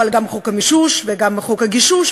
אבל גם חוק המישוש וגם חוק הגישוש,